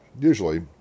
Usually